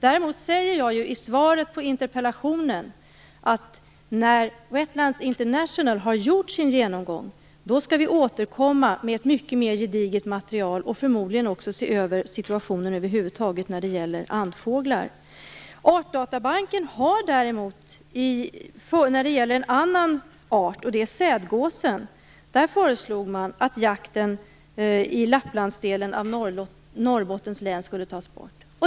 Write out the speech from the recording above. Däremot säger jag i svaret på interpellationen att när Wetlands International har gjort sin genomgång skall vi återkomma med ett mycket mer gediget material. Förmodligen skall vi också se över situationen över huvud taget när det gäller andfåglar. När det gäller en annan art, sädgåsen, föreslog Norrbottens län skulle tas bort.